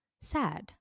sad